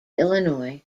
illinois